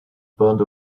burned